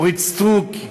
אורית סטרוק,